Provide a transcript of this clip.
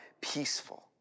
peaceful